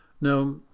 now